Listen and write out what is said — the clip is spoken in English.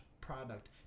product